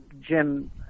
jim